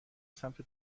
سمت